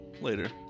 Later